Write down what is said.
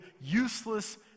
useless